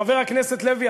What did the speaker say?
חבר הכנסת לוי,